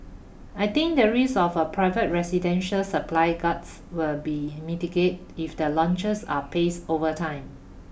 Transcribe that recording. I think the risk of a private residential supply guts will be mitigate if the launches are paced over time